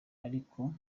ariko